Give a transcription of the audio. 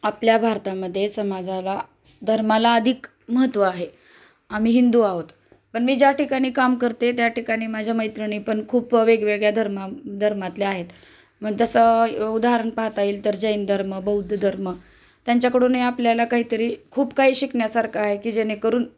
आपल्या भारतामध्ये समाजाला धर्माला अधिक महत्त्व आहे आम्ही हिंदू आहोत पण मी ज्या ठिकाणी काम करते त्या ठिकाणी माझ्या मैत्रिणी पण खूप वेगवेगळ्या धर्म धर्मातल्या आहेत मग तसं उदाहरण पाहता येईल तर जैनधर्म बौद्धधर्म त्यांच्याकडूनही आपल्याला काहीतरी खूप काही शिकण्यासारखं आहे की जेणेकरून